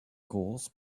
course